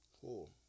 Cool